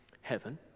heaven